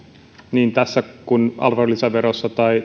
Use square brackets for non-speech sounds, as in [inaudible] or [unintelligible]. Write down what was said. niin tässä kuin arvonlisäverossa tai [unintelligible]